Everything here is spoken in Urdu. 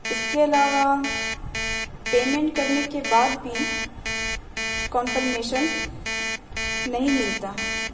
اس کے علاوہ پیمنٹ کرنے کے بعد بھی کنفرمیشن نہیں ملتا